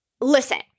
Listen